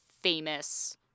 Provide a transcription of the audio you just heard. famous